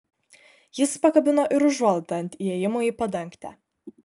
jis pakabino ir užuolaidą ant įėjimo į padangtę